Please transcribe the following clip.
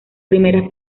primeras